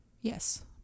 Yes